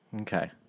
Okay